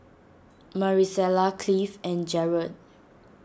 Maricela Cliff and Jarod